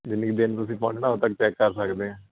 ਜਿੰਨੀ ਕੁ ਦੇਰ ਨੂੰ ਤੁਸੀਂ ਪਹੁੰਚਣਾ ਉਦੋਂ ਤੱਕ ਚੈੱਕ ਕਰ ਸਕਦੇ ਹਾਂ